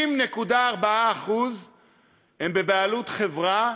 90.4% הם בבעלות חברה